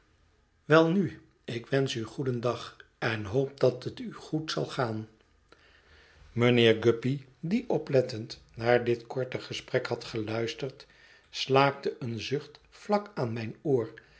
welnu ik wensch u goedendag en hoop dat het u goed zal gaan mijnheer guppy die oplettend naar dit korte gesprek had geluisterd slaakte een zucht vlak aan mijn oor